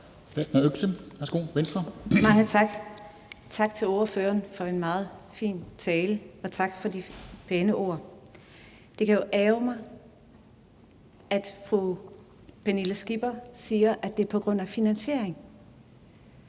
tak til ordføreren for en meget fin tale, og tak for de pæne ord. Det kan ærgre mig, at fru Pernille Skipper siger, at det er på grund af finansiering,